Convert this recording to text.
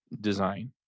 design